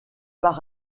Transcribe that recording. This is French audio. par